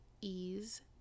ease